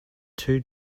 two